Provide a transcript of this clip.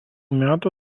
metų